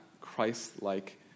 Christ-like